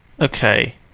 Okay